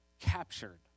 captured